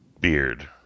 Beard